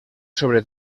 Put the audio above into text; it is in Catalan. sobre